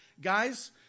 Guys